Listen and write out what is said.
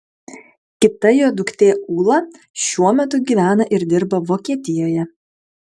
kita jo duktė ūla šiuo metu gyvena ir dirba vokietijoje